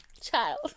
Child